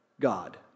God